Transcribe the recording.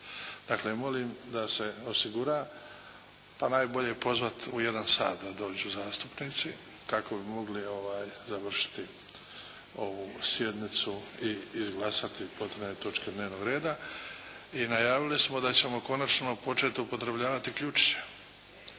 Dakle, molim da se osigura. Pa najbolje pozvati u jedan sat da dođu zastupnici kako bi mogli završiti ovu sjednicu i izglasati potrebne točke dnevnog reda. I najavili smo da ćemo konačno početi upotrebljavati ključiće.